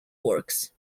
works